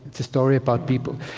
it's a story about people.